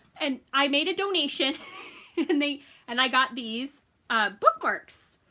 and i made a donation and they and i got these bookmarks.